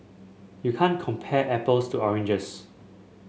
you can't compare apples to oranges